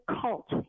cult